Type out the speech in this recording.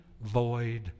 void